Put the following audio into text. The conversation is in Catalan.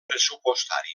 pressupostari